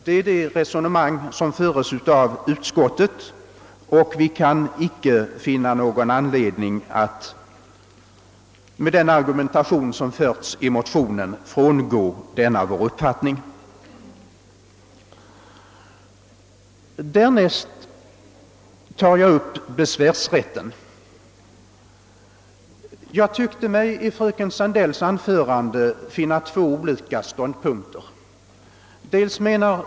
Det är det resonemang som föres i utskottet, och vi kan icke finna någon anledning att på grund av den argumentation som förts i motionen frångå vår uppfattning. I fråga om besvärsrätten tyckte jag mig i fröken Sandells anförande återfinna två olika ståndpunkter.